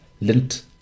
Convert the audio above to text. lint